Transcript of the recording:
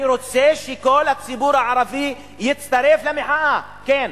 אני רוצה שכל הציבור הערבי יצטרף למחאה, כן,